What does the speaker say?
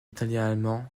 italien